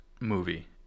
movie